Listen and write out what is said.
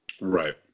Right